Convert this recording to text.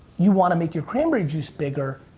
you wanna make your cranberry juice bigger,